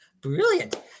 Brilliant